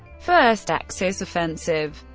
first axis offensive